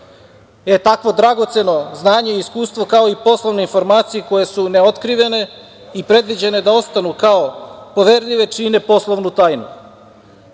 E takvo dragoceno znanje i iskustvo, kao i poslovne informacije koje su neotkrivene i predviđene da ostanu kao poverljive, čine poslovnu